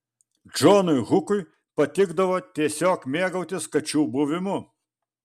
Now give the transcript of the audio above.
džonui hukui patikdavo tiesiog mėgautis kačių buvimu